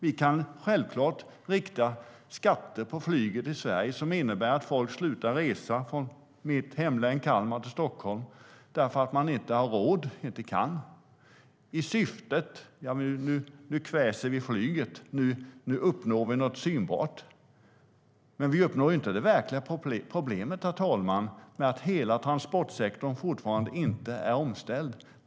Vi kan självklart rikta skatter mot flyget i Sverige som innebär att folk slutar resa från mitt hemlän Kalmar till Stockholm därför att de inte har råd. Visst kan man kväsa flyget och på så sätt uppnå något synbart. Men därmed löser vi inte det verkliga problemet, herr talman, nämligen att hela transportsektorn fortfarande inte är omställd.